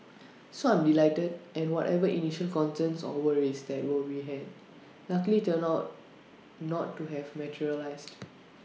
so I'm delighted and whatever initial concerns or worries that what we had luckily turned out not to have materialised